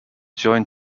joint